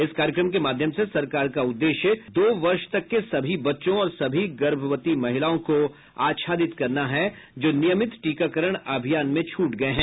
इस कार्यक्रम के माध्यम से सरकार का उद्देश्य दो वर्ष तक के सभी बच्चों और सभी गर्भवती महिलाओं को आच्छादित करना है जो नियमित टीकाकरण अभियान में छूट गए हैं